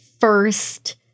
first